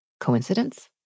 Coincidence